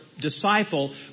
disciple